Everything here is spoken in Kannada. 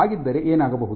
ಹಾಗಿದ್ದರೆ ಏನಾಗಬಹುದು